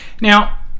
Now